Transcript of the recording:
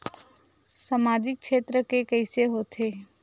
सामजिक क्षेत्र के कइसे होथे?